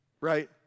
Right